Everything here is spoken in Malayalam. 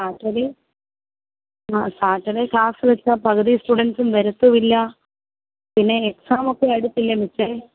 ആക്ച്വലി ആ സാറ്റർഡേ ക്ലാസ് വെച്ചാൽ പകുതി സ്റ്റുഡൻറ്സും വരത്തുമില്ല പിന്നെ എക്സാം ഒക്കെ അടുത്തില്ലേ മിസ്സേ